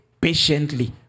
patiently